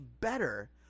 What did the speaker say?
better